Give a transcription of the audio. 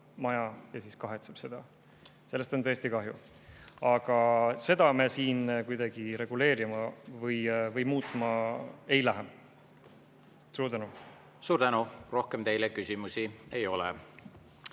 maja ja siis kahetseb seda. Sellest on tõesti kahju. Aga seda me siin kuidagi reguleerima või muutma ei lähe. Suur tänu! Rohkem teile küsimusi ei ole.